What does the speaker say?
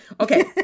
okay